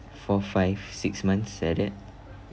four five six months like that